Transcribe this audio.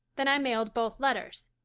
then i mailed both letters.